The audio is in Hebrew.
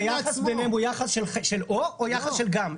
אם היחס ביניהם הוא יחס של 'או' או יחס של 'גם'?